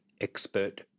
expert